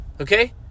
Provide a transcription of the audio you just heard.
Okay